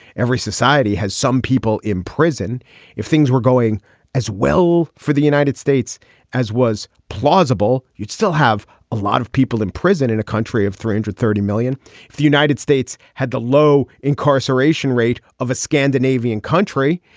every society has some people in prison if things were going as well for the united states as was plausible you'd still have a lot of people in prison in a country of three hundred and thirty million in the united states had the low incarceration rate of a scandinavian country.